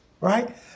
Right